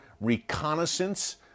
reconnaissance